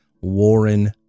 Warren